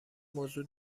موضوع